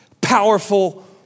powerful